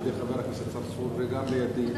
בידי חבר הכנסת צרצור וגם בידי,